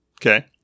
Okay